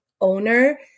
owner